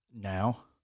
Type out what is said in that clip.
now